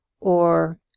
or